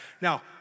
Now